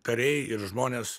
kariai ir žmonės